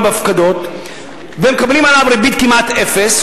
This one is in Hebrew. בהפקדות ומקבלים עליו ריבית כמעט אפס,